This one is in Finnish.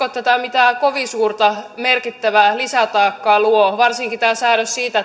että tämä mitään kovin suurta merkittävää lisätaakkaa luo varsinkaan tämä säädös siitä